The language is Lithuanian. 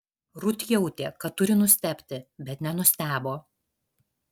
rut jautė kad turi nustebti bet nenustebo